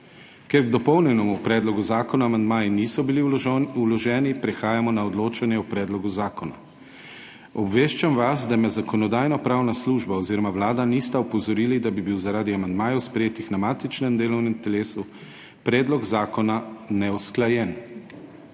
Ker k dopolnjenemu predlogu zakona amandmaji niso bili vloženi, prehajamo na odločanje o predlogu zakona. Obveščam vas, da me Zakonodajno-pravna služba oziroma Vlada nista opozorili, da bi bil zaradi amandmajev, sprejetih na matičnem delovnem telesu, predlog zakona neusklajen.